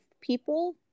people